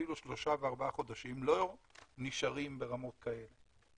אפילו שלושה וארבעה חודשים, לא נשארים ברמות כאלה.